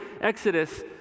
Exodus